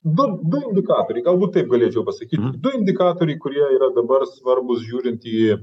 du du indikatoriai galbūt taip galėčiau pasakyti du indikatoriai kurie yra dabar svarbūs žiūrint į